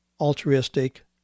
altruistic